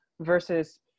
versus